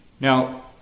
Now